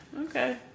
Okay